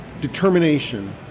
determination